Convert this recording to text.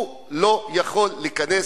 הוא לא יכול להיכנס,